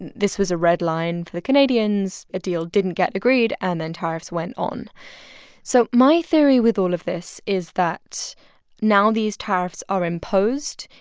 and this was a red line for the canadians. a deal didn't get agreed, and then tariffs went on so my theory with all of this is that now these tariffs are imposed,